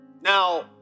Now